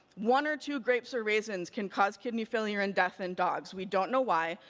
one or two grapes or raisins can cause kidney failure and death in dogs, we don't know why.